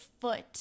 foot